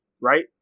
right